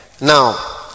Now